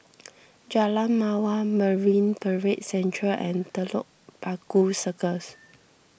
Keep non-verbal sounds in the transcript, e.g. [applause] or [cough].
[noise] Jalan Mawar Marine Parade Central and Telok Paku Circus